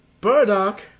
Burdock